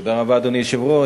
תודה רבה, אדוני היושב-ראש.